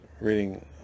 reading